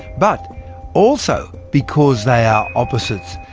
but also because they are opposites,